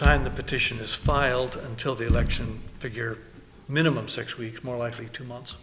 time the petition is filed until the election figure minimum six weeks more likely to months